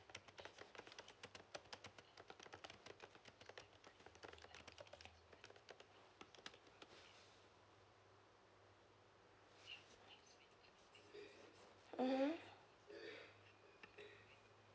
mmhmm